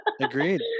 Agreed